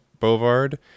Bovard